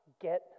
get